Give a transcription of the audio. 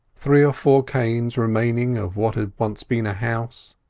three or four canes remaining of what had once been a house,